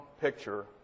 picture